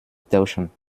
täuschen